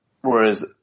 Whereas